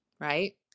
right